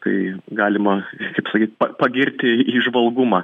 tai galima kaip sakyt pagirti įžvalgumą